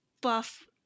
buff